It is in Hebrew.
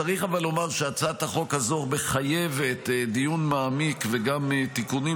אבל צריך לומר שהצעת החוק הזו מחייבת דיון מעמיק וגם תיקונים,